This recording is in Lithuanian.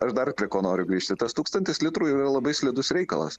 aš dar prie ko noriu grįžti tas tūkstantis litrų yra labai slidus reikalas